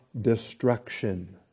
destruction